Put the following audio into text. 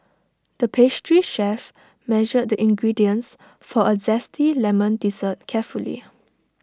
the pastry chef measured the ingredients for A Zesty Lemon Dessert carefully